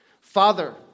Father